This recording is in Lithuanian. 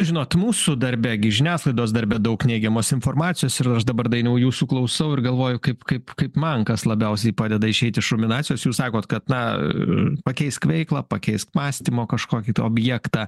žinot mūsų darbe gi žiniasklaidos darbe daug neigiamos informacijos ir aš dabar dainiau jūsų klausau ir galvoju kaip kaip kaip man kas labiausiai padeda išeiti iš ruminacijos jūs sakot kad na pakeisk veiklą pakeisk mąstymo kažkokį tai objektą